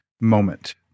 moment